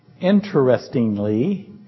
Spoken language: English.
Interestingly